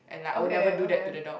okay okay